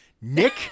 Nick